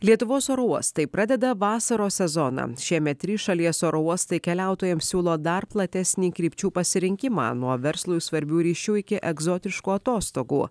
lietuvos oro uostai pradeda vasaros sezoną šiemet trys šalies oro uostai keliautojams siūlo dar platesnį krypčių pasirinkimą nuo verslui svarbių ryšių iki egzotiškų atostogų